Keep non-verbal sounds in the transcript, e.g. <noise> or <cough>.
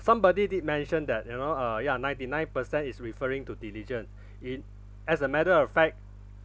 somebody did mention that you know uh ya ninety nine percent is referring to diligent <breath> it as a matter of fact